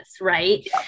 right